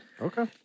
Okay